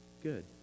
good